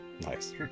Nice